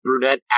brunette